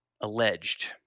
alleged